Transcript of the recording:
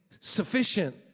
Sufficient